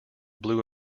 blue